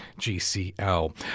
GCL